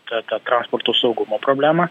tą tą transporto saugumo problemą